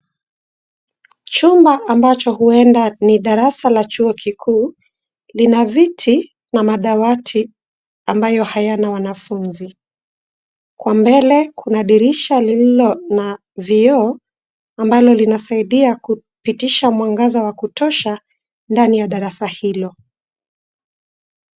Chumba ambacho huenda ni darasa la chuo kikuu, lina viti na madawati ambayo hayana wanafunzi. Huko mbele kuna dirisha lililo na vioo ambalo linasaidia kupitisha mwangaza wa kutosha ndani ya darasa hilo.